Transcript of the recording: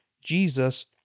Jesus